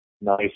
nice